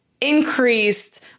increased